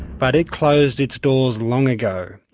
but it closed its doors long ago,